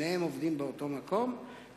שניהם עובדים באותו מקום,